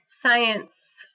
science